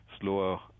slower